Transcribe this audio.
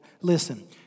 Listen